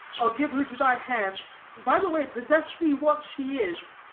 i'll give her to thy hand, and by the way possess thee what she is.